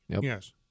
Yes